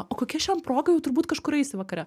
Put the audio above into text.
o kokia šiandien proga jau turbūt kažkur eisi vakare